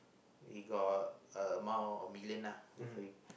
we got a amount million lah with him